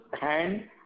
hand